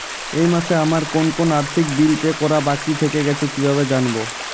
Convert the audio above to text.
এই মাসে আমার কোন কোন আর্থিক বিল পে করা বাকী থেকে গেছে কীভাবে জানব?